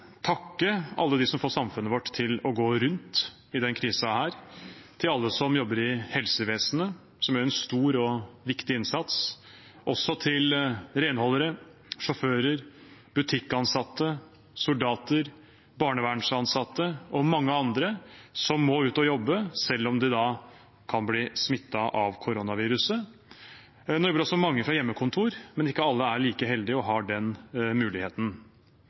takke alle dem som får samfunnet vårt til å gå rundt i denne krisen, alle som jobber i helsevesenet, som gjør en stor og viktig innsats, og også renholdere, sjåfører, butikkansatte, soldater, barnevernsansatte og mange andre som må ut og jobbe selv om de kan bli smittet av koronaviruset. Nå jobber også mange fra hjemmekontor, men ikke alle er like heldige og har den muligheten.